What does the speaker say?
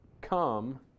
come